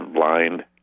blind